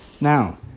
now